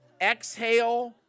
exhale